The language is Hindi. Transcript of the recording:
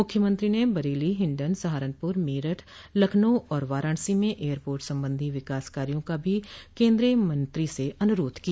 मुख्यमंत्री ने बरेली हिंडन सहारनपुर मेरठ लखनऊ और वाराणसी में एयरपोर्ट संबंधी विकास कार्यो का भी केन्द्रीय मंत्री से अनुरोध किया